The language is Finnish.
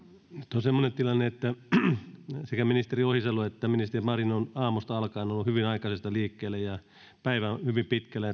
on semmoinen tilanne että sekä ministeri ohisalo että ministeri marin ovat aamusta alkaen olleet hyvin aikaisesta liikkeellä ja päivä on hyvin pitkällä